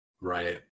Right